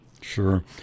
Sure